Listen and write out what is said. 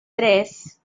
tres